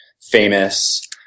famous